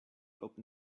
open